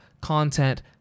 content